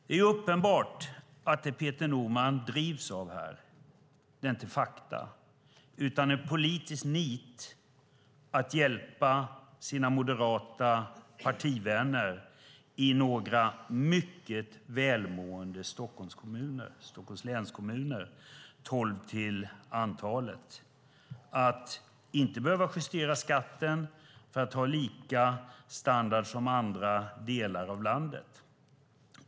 Det är uppenbart att det som Peter Norman drivs av här inte är fakta utan politiskt nit att hjälpa sina moderata partivänner i några mycket välmående kommuner i Stockholms län, tolv till antalet, att inte behöva justera skatten för att ha lika standard som andra delar av landet.